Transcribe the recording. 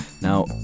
Now